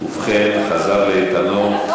ובכן, חזר לאיתנו.